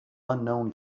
unknown